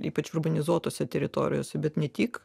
ypač urbanizuotose teritorijose bet ne tik